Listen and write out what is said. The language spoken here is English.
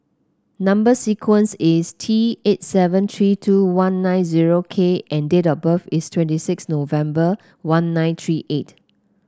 number sequence is T eight seven three two one nine zero K and date of birth is twenty six November one nine three eight